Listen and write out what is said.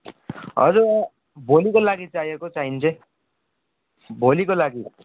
हजुर भोलिको लागि चाहिएको चाहिनु चाहिँ भोलिको लागि